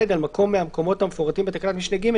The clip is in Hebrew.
על מקום מהמקומות המפורטים בתקנת משנה (ג)